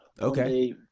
Okay